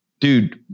dude